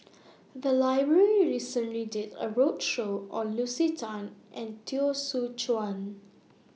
The Library recently did A roadshow on Lucy Tan and Teo Soon Chuan